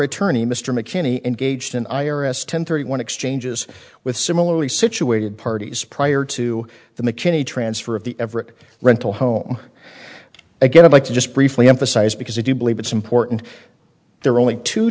attorney mr mckinney engaged in i r s ten thirty one exchanges with similarly situated parties prior to the mckinney transfer of the everich rental home again i'd like to just briefly emphasize because i do believe it's important there are only two